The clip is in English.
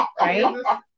right